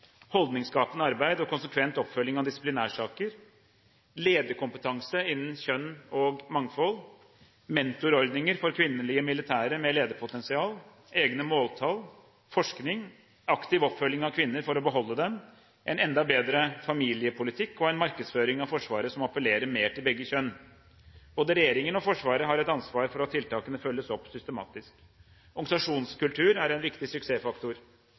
holdningsskapende arbeid og konsekvent oppfølging av disiplinærsaker, lederkompetanse innen kjønn og mangfold, mentorordninger for kvinnelige militære med lederpotensial, egne måltall, forskning, aktiv oppfølging av kvinner for å beholde dem, en enda bedre familiepolitikk og en markedsføring av Forsvaret som appellerer mer til begge kjønn. Både regjeringen og Forsvaret har et ansvar for at tiltakene følges opp systematisk. Organisasjonskultur er en viktig suksessfaktor.